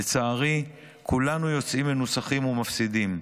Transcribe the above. לצערי, כולנו יוצאים מנוצחים ומפסידים.